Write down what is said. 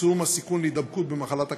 צמצום הסיכון להידבקות במחלת הכלבת,